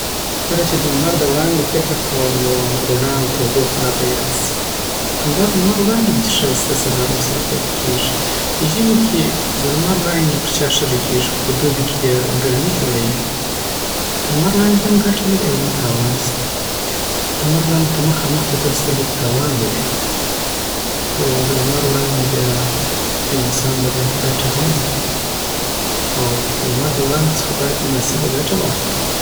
کله چی د لمر د وړانګو فکر کوم نو روڼا او تودوخه راپه یاد راسی همدا د لمړ وړانګی دی چی ښایسته سهار ورسره پیل کیږی په ژمی کی دلمروانګی پرچاښه لګیږی خو په دوبی کی بیا ګرمی جوړیی دلمروانګی هم ګټه لری او هم یی تاوان سته دلمروانګوته مخامخ کتل سترګوته تاوان لری خو دلمړ وړاندی بیا دانسان بدن ته ګټه هم لری او دلمړ دوړانګوڅخه باید مناسبه ګټه وخلو